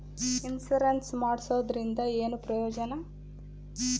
Insurance ಮಾಡ್ಸೋದರಿಂದ ಏನು ಪ್ರಯೋಜನ?